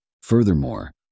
Furthermore